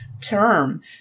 term